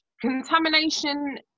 contamination